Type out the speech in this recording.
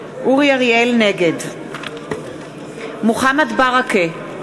נגד מוחמד ברכה,